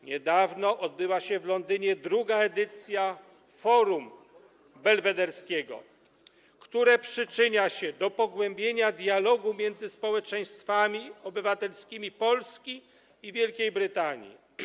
Niedawno odbyła się w Londynie druga edycja Polsko-Brytyjskiego Forum Belwederskiego, które przyczynia się do pogłębienia dialogu między społeczeństwami obywatelskimi Polski i Wielkiej Brytanii.